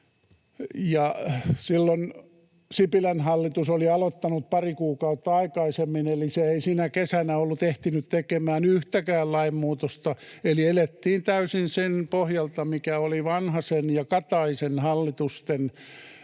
silloin Sipilän hallitus oli aloittanut pari kuukautta aikaisemmin, eli se ei sinä kesänä ollut ehtinyt tekemään yhtäkään lainmuutosta, eli elettiin täysin sen pohjalta, mikä oli Vanhasen ja Kataisen hallitusten